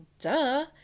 duh